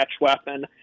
weapon